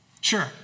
Sure